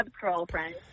girlfriend